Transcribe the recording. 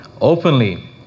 openly